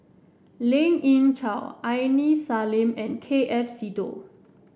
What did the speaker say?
Lien Ying Chow Aini Salim and K F Seetoh